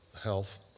health